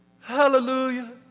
Hallelujah